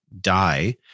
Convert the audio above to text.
die